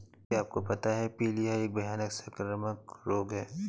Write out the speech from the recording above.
क्या आपको पता है प्लीहा एक भयानक संक्रामक रोग है?